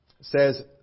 says